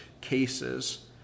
cases